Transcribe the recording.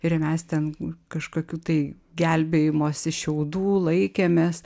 ir mes ten kažkokių tai gelbėjimosi šiaudų laikėmės